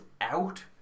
out